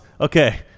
Okay